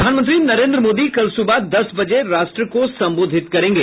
प्रधानमंत्री नरेन्द्र मोदी कल सुबह दस बजे राष्ट्र को सम्बोधित करेंगे